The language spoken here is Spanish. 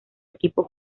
equipo